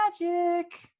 magic